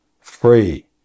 free